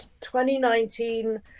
2019